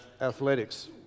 athletics